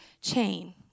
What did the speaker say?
chain